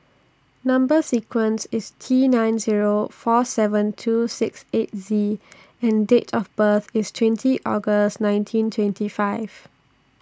Number sequence IS T nine Zero four seven two six eight Z and Date of birth IS twenty August nineteen twenty five